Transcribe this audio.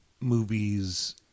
movies